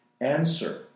answer